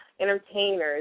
entertainers